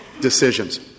decisions